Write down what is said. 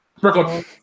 Brooklyn